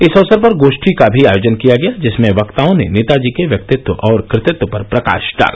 इस अवसर पर गो ठी का भी आयोजन किया गया जिसमें वक्ताओं ने नेताजी के व्यक्तित्व और कृतित्व पर प्रकाश डाला